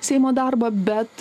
seimo darbą bet